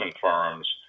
firms